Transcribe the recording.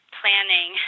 planning